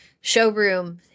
Showroom